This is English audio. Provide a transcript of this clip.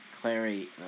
Clary